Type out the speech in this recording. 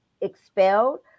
expelled